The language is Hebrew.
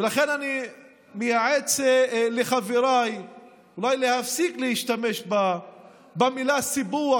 ולכן אני מייעץ לחבריי אולי להפסיק להשתמש במילה סיפוח